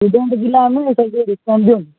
student ପିଲା ଆମେ sir ଟିକେ ଡିସକାଉଣ୍ଟ ଦିଅନ୍ତୁ